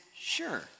sure